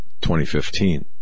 2015